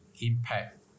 impact